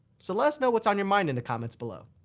so let us know what's on your mind in the comments below.